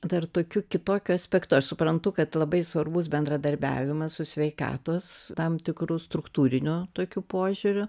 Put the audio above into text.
dar tokiu kitokiu aspektu aš suprantu kad labai svarbus bendradarbiavimas su sveikatos tam tikrų struktūriniu tokiu požiūriu